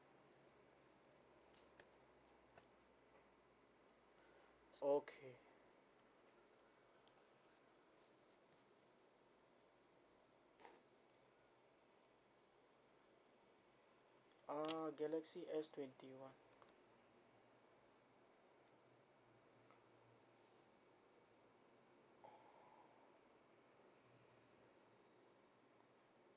okay uh galaxy s twenty one